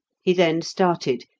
he then started,